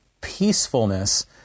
peacefulness